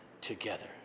together